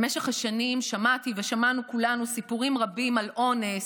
במשך השנים שמעתי ושמענו כולנו סיפורים רבים על אונס,